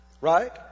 Right